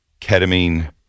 ketamine